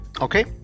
okay